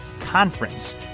conference